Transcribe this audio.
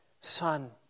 Son